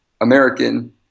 American